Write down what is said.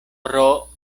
pro